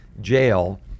jail